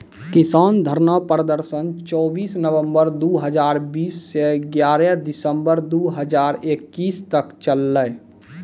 किसान धरना प्रदर्शन चौबीस नवंबर दु हजार बीस स ग्यारह दिसंबर दू हजार इक्कीस तक चललै